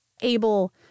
able